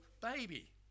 baby